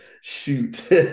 Shoot